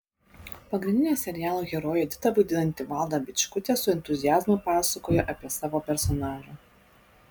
pagrindinę serialo heroję editą vaidinanti valda bičkutė su entuziazmu pasakoja apie savo personažą